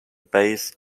base